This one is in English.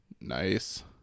nice